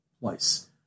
place